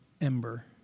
ember